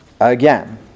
again